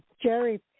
Jerry